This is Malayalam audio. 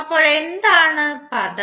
അപ്പോൾ എന്താണ് പദം